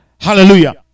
hallelujah